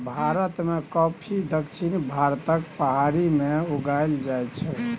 भारत मे कॉफी दक्षिण भारतक पहाड़ी मे उगाएल जाइ छै